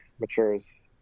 matures